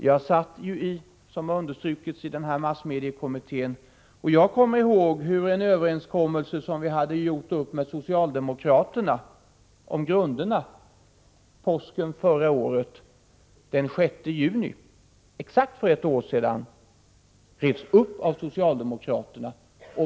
Som det har understrukits satt jag i massmediekommittén, och jag kommer ihåg en överenskommelse som vi under påsken förra året träffade med socialdemokraterna och som den 6 juni, för exakt ett år sedan, revs upp av socialdemokraterna.